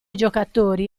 giocatori